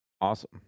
Awesome